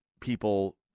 people